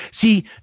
See